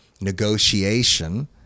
negotiation